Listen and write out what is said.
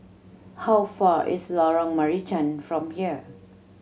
how far is Lorong Marican from here